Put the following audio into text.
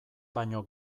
baino